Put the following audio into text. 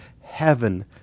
Heaven